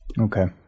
Okay